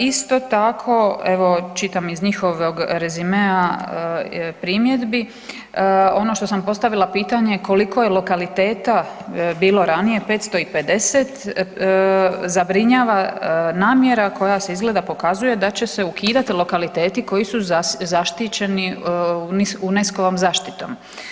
Isto tako evo čitam iz njihovog rezimea primjedbi, ono što sam postavila pitanje koliko je lokaliteta bilo ranije 550, zabrinjava namjera koja se izgleda pokazuje da će se ukidat lokaliteti koji su zaštićeni UNESCO-vom zaštitom.